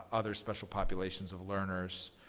um other special populations of learners.